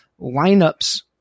lineups